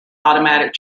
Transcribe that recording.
automatic